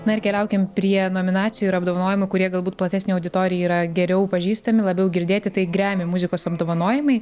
na ir keliaukim prie nominacijų ir apdovanojimų kurie galbūt platesnei auditorijai yra geriau pažįstami labiau girdėti tai gremy muzikos apdovanojimai